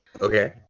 Okay